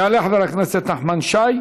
יעלה חבר הכנסת נחמן שי,